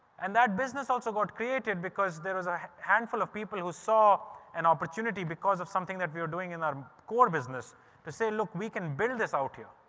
and that business also got created because there was a handful of people who saw an opportunity because of something that we were doing in our core business to say, look, we can build this out here.